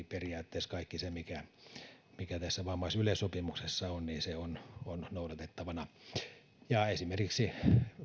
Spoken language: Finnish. periaatteessa kaikki se mikä mikä tässä vammaisyleissopimuksessa on on noudatettavana esimerkiksi